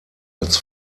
als